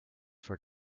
for